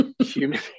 human